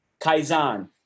Kaizen